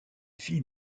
filles